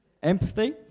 Empathy